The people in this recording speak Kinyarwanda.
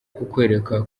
kukwereka